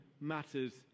matters